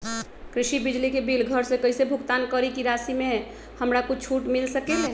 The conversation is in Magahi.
कृषि बिजली के बिल घर से कईसे भुगतान करी की राशि मे हमरा कुछ छूट मिल सकेले?